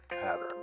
pattern